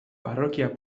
parrokia